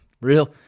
Real